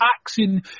action